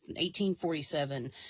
1847